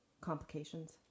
complications